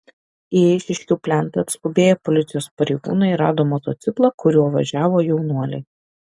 į eišiškių plentą atskubėję policijos pareigūnai rado motociklą kuriuo važiavo jaunuoliai